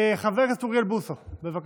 חבר הכנסת אוריאל בוסו, מוותר.